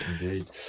indeed